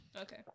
Okay